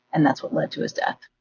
and that's what led to his death.